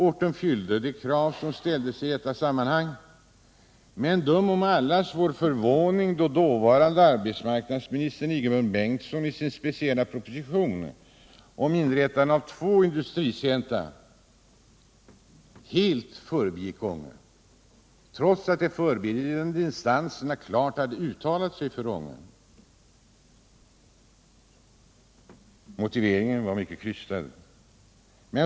Orten fyllde de krav som ställdes i detta sammanhang. Döm då om allas vår förvåning när dåvarande arbetsmarknadsministern Ingemund Bengtsson i sin speciella proposition om inrättande av två industricentra helt förbigick Ånge, trots att de förberedande instanserna hade uttalat sig klart för Ånge. Motiveringarna var krystade.